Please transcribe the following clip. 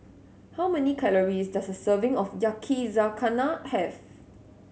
how many calories does a serving of Yakizakana have